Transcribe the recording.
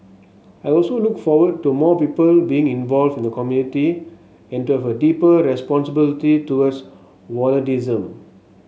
I also look forward to more people being involved in the community and to have a deeper responsibility towards volunteerism